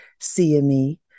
CME